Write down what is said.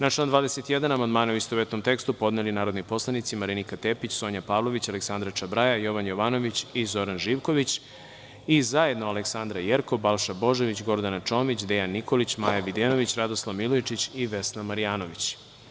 Na član 21. amandmane, u istovetnom tekstu, podneli su narodni poslanici zajedno Marinika Tepić, Sonja Pavlović, Aleksandra Čabraja, Jovan Jovanović i Zoran Živković i zajedno Aleksandra Jerkov, Balša Božović, Gordana Čomić, Dejan Nikolić, Maja Videnović, Radoslav Milojičić i Vesna Marjanović.